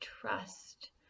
trust